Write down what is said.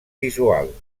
visual